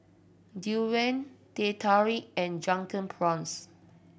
durian Teh Tarik and Drunken Prawns